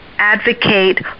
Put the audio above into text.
advocate